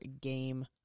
game